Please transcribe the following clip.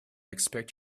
expect